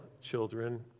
children